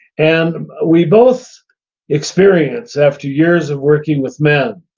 and we both experience, after years of working with men,